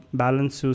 balance